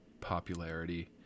popularity